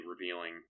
revealing